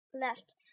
left